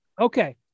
Okay